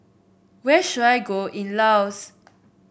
where should I go in Laos